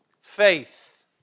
faith